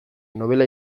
nobela